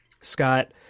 Scott